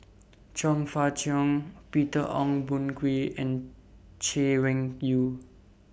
Chong Fah Cheong Peter Ong Boon Kwee and Chay Weng Yew